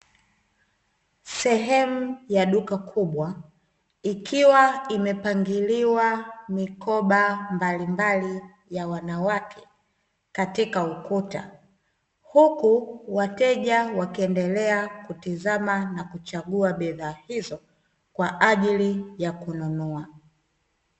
Sehemu ya duka kubwa, ikiwa imepangiliwa mikoba mbalimbali ya wanawake katika ukuta, huku wateja wakiendelea kutazama na kuchambua bidhaa hizo kwa ajili ya kununua